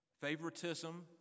favoritism